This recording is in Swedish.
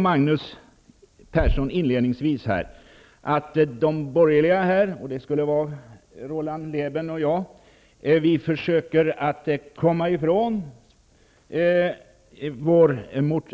Magnus Persson sade inledningsvis att de borgerliga här -- det är Roland Lében och jag -- försöker komma ifrån